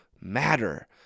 matter